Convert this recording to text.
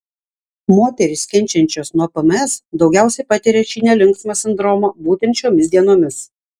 moterys kenčiančios nuo pms daugiausiai patiria šį nelinksmą sindromą būtent šiomis dienomis